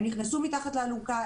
הן נכנסו מתחת לאלונקה,